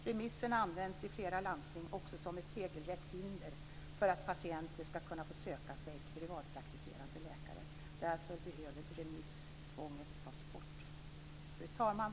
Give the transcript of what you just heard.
Remisserna används i flera landsting också som ett regelrätt hinder mot att patienter skall kunna söka sig till privatpraktiserande läkare. Därför behöver remisstvånget tas bort. Fru talman!